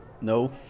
No